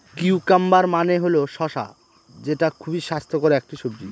cucumber মানে হল শসা যেটা খুবই স্বাস্থ্যকর একটি সবজি